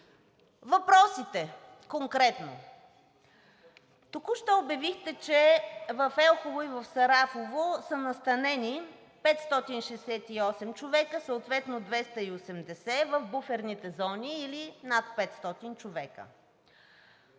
Въпросите – конкретно, току-що обявихте, че в Елхово и в Сарафово са настанени 568 човека, съответно 280 в буферните зони, или над 500 човека.